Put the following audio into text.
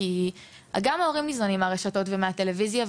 כי גם ההורים ניזונים מהרשתות החברתיות ומהטלוויזיה,